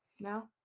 no